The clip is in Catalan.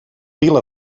pila